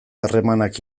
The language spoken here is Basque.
harremanak